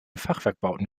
fachwerkbauten